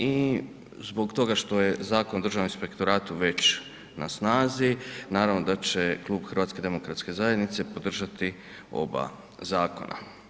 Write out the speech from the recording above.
I zbog toga što je Zakon o Državnom inspektoratu već na snazi naravno da će Klub HDZ-a podržati oba zakona.